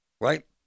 Right